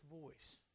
voice